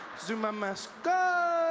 zuma must go!